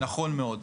נכון מאוד.